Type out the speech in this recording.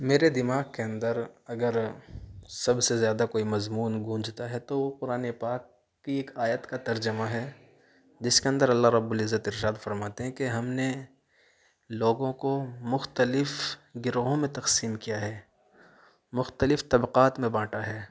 میرے دماغ کے اندر اگر سب سے زیادہ کوئی مضمون گونجتا ہے تو قرآن پاک کی ایک آیت کا ترجمہ ہے جس کے اندر اللہ رب العزت ارشاد فرماتے ہیں کہ ہم نے لوگوں کو مختلف گروہوں میں تقسیم کیا ہے مختلف طبقات میں بانٹا ہے